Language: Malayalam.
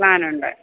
പ്ലാൻ ഉണ്ട്